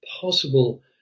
possible